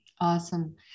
Awesome